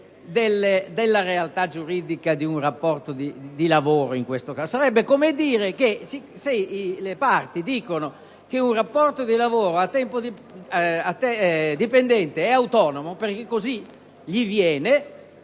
della realtà giuridica di un rapporto di lavoro. Sarebbe come dire che, se le parti dicono che un rapporto di lavoro dipendente è invece autonomo (perché così gli viene),